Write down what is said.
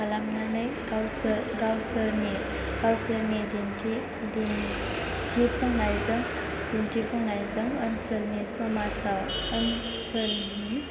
खालामनानै गावसोरनि दिन्थिफुंनायजों ओनसोलनि समाजआव ओनसोलनि